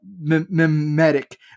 mimetic